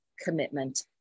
commitment